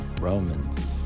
Romans